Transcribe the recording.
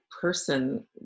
person